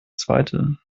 zweite